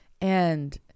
And-